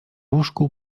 łóżku